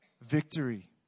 victory